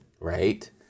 right